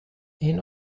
این